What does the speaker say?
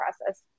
process